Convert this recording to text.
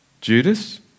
Judas